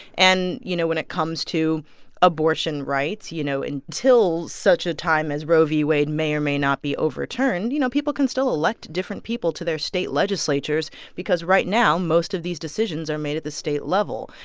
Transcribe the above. and, you know, when it comes to abortion rights, you know, until such a time as roe v. wade may or may not be overturned, you know, people can still elect different people to their state legislatures because because right now, most of these decisions are made at the state level.